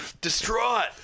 Distraught